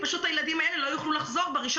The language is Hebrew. הילדים האלה לא יוכלו לחזור ללימודים ב-1